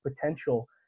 potential